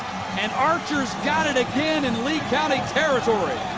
and archer's got it again in lee county territory.